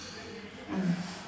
mm